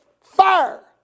fire